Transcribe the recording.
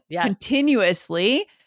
continuously